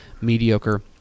mediocre